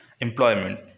employment